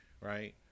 Right